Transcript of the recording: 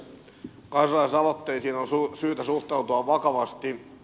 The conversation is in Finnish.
kansalaisaloitteisiin on syytä suhtautua vakavasti